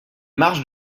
marges